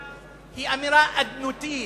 היא אמירה אדנותית,